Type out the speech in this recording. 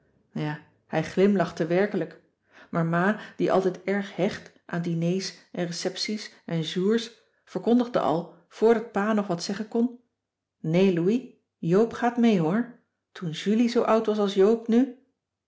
ja hij glimlachte werkelijk maar ma die altijd erg hecht aan diners en recepties en jours verkondigde al voordat pa nog wat zeggen kon nee louis joop gaat mee hoor toen julie zoo oud was als joop nu